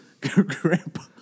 Grandpa